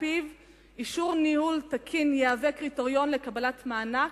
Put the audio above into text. אישור ניהול תקין יהיה קריטריון לקבלת מענק.